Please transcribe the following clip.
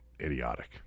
idiotic